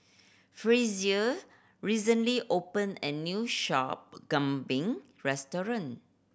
Frazier recently opened a new shop kambing restaurant